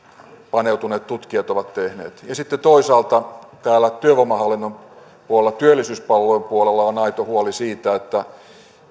paneutuneet tutkijat ovat tehneet ja sitten toisaalta täällä työvoimahallinnon puolella työllisyyspalvelujen puolella on aito huoli siitä että